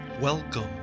Welcome